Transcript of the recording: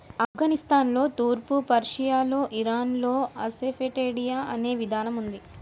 ఆఫ్ఘనిస్తాన్లో, తూర్పు పర్షియాలో, ఇరాన్లో అసఫెటిడా అనే విధానం ఉంది